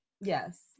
Yes